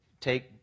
take